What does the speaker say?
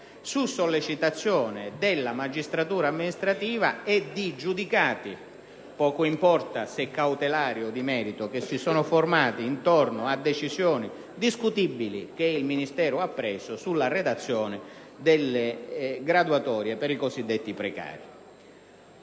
su sollecitazione della magistratura amministrativa e di giudicati, poco importa se cautelari o di merito, che si sono formati intorno a decisioni discutibili che il Ministero ha assunto in ordine alla redazione delle graduatorie per i cosiddetti precari.